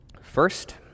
First